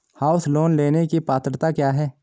House loan लेने की पात्रता क्या है?